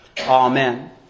Amen